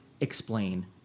explain